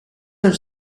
are